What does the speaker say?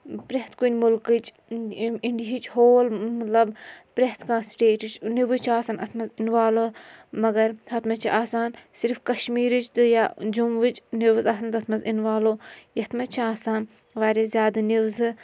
پرٛٮ۪تھ کُنہِ مُلکٕچ یِم اِنڈِہِچ ہول مطلب پرٛٮ۪تھ کانٛہہ سٹیٹٕچ نِوٕز چھِ آسان اَتھ منٛز اِنوالو مگر اَتھ منٛز چھِ آسان صِرف کَشمیٖرٕچ تہٕ یا جمووٕچ نِوٕز آسان تَتھ منٛز اِنوالو یَتھ منٛز چھِ آسان واریاہ زیادٕ نِوزٕ